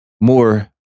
more